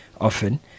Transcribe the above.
often